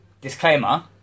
Disclaimer